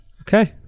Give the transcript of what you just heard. Okay